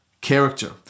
character